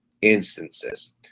instances